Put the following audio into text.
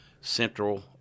Central